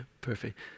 perfect